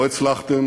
לא הצלחתם